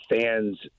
fans